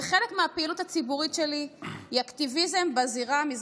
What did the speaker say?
וחלק מהפעילות הציבורית שלי היא אקטיביזם בזירה המזרחית.